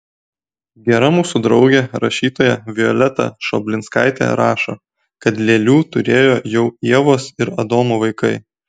gera mūsų draugė rašytoja violeta šoblinskaitė rašo kad lėlių turėjo jau ievos ir adomo vaikai